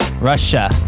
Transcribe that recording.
Russia